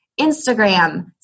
Instagram